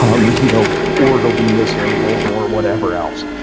um you know or they'll be mislabeled or whatever else.